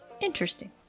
Interesting